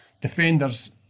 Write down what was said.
defenders